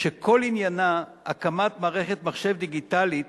שכל עניינה הקמת מערכת מחשב דיגיטלית